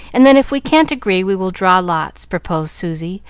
and then if we can't agree we will draw lots, proposed susy,